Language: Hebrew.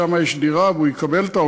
שם יש דירה והוא יקבל אותה,